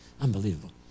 unbelievable